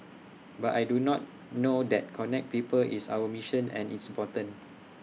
but I do not know that connect people is our mission and it's important